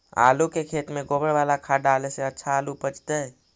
आलु के खेत में गोबर बाला खाद डाले से अच्छा आलु उपजतै?